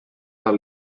del